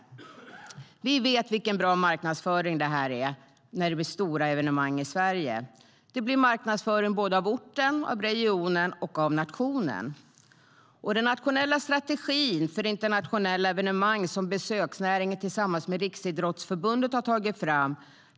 Vi vet vilken bra marknadsföring det är när det blir stora evenemang i Sverige. Det blir marknadsföring av orten, regionen och nationen. Vi har en nationell strategi för internationella evenemang som besöksnäringen tillsammans med Riksidrottsförbundet har tagit fram.